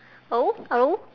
hello hello